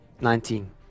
Nineteen